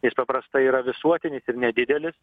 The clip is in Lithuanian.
jis paprastai yra visuotinis ir nedidelis